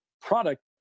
product